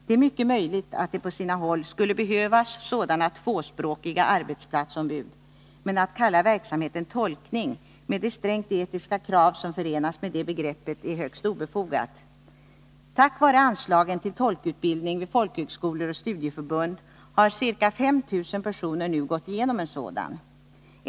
Det är mycket möjligt att det på sina håll skulle behövas sådana tvåspråkiga arbetsplatsombud, men att kalla verksamheten tolkning med de stränga etiska krav som förenas med det begreppet är högst obefogat. Tack vare anslagen till tolkutbildning vid folkhögskolor och studieförbund har ca 5 000 personer nu gått igenom en sådan utbildning.